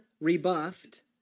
rebuffed